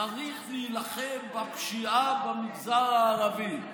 צריך להילחם בפשיעה במגזר הערבי.